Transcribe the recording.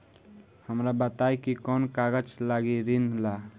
हमरा बताई कि कौन कागज लागी ऋण ला?